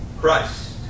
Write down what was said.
Christ